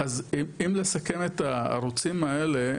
אז אם לסכם את הערוצים האלה,